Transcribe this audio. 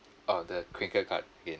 oh the crinkle cut again